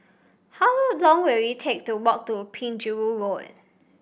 how long take to walk to Penjuru Road